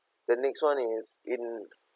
then next one is in